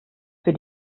für